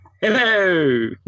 Hello